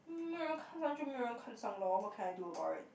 没有人看上就没有人看上 lor what can I do about it